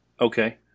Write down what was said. Okay